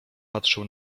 patrzył